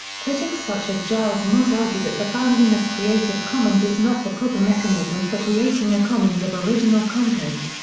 critics such as giles moss argue that the founding of creative commons is not the proper mechanism for creating a commons of original content.